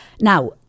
now